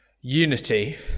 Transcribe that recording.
unity